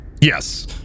Yes